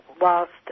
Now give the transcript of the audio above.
whilst